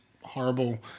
horrible